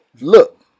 look